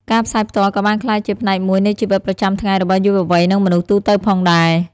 ការផ្សាយផ្ទាល់ក៏បានក្លាយជាផ្នែកមួយនៃជីវិតប្រចាំថ្ងៃរបស់យុវវ័យនិងមនុស្សទូទៅផងដែរ។